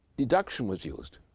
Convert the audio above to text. deduction was used